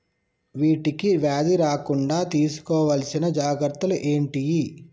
వీటికి వ్యాధి రాకుండా తీసుకోవాల్సిన జాగ్రత్తలు ఏంటియి?